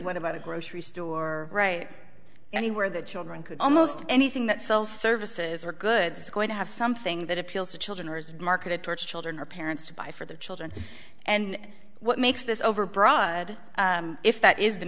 what about a grocery store right anywhere that children could almost anything that sells services or goods is going to have something that appeals to children or is marketed towards children or parents to buy for their children and what makes this overbroad if that is the